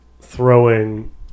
throwing